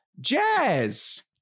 jazz